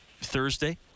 Thursday